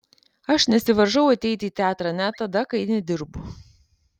aš nesivaržau ateiti į teatrą net tada kai nedirbu